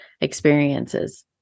experiences